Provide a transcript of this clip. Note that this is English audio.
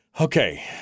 Okay